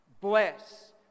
bless